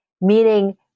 Meaning